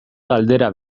galdera